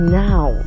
now